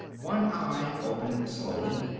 one eye opened slowly.